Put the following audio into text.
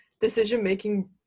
decision-making